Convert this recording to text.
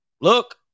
Look